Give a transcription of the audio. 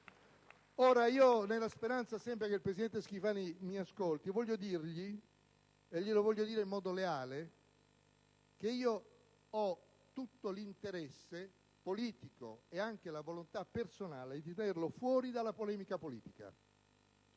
IdV)*. Nella speranza che il presidente Schifani mi ascolti, voglio dirgli - e glielo voglio dire in modo leale - che io ho tutto l'interesse politico e anche la volontà personale di tenerlo fuori dalla polemica politica.